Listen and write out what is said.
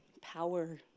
power